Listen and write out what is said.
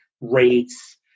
rates